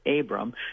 Abram